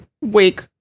Wake